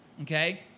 okay